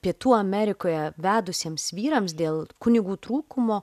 pietų amerikoje vedusiems vyrams dėl kunigų trūkumo